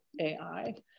AI